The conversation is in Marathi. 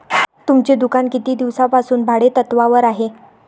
तुमचे दुकान किती दिवसांपासून भाडेतत्त्वावर आहे?